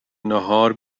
ناهار